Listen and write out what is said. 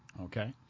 Okay